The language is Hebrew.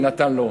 ונתן לו.